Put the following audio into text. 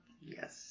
Yes